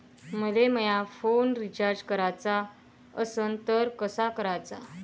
मले माया phone recharge कराचा असन तर कसा कराचा?